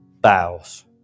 bows